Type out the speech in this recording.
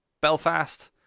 Belfast